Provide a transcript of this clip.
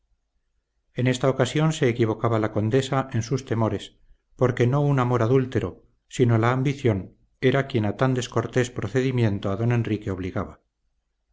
en esta ocasión se equivocaba la condesa en sus temores porque no un amor adúltero sino la ambición era quien a tan descortés procedimiento a don enrique obligaba